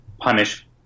punish